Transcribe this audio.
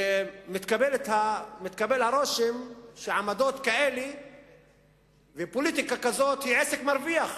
מתקבל הרושם שעמדות כאלה ופוליטיקה כזאת הן עסק רווחי.